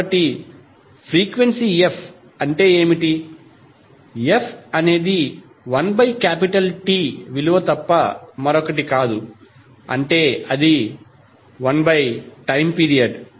కాబట్టి frequency f అంటే ఏమిటి f అనేది 1T విలువ తప్ప మరొకటి కాదు అంటే అది టైమ్ పీరియడ్